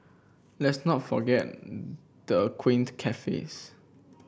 let's not forgot the quaint cafes